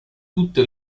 tutte